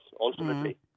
ultimately